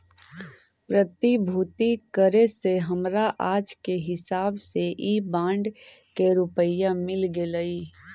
प्रतिभूति करे से हमरा आज के हिसाब से इ बॉन्ड के रुपया मिल गेलइ